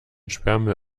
sperrmüll